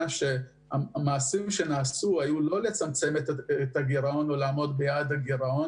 שהמעשים שנעשו היו לא לצמצם את הגירעון ולעמוד ביעדיו,